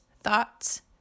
thoughts